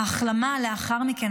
ההחלמה לאחר מכן,